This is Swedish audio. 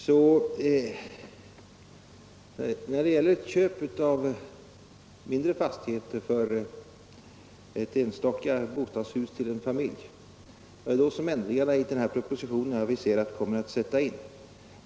Det är i fråga om köp av mindre fastigheter för enstaka bostadshus till en familj som ändringarna enligt den aviserade propositionen kommer att sättas in.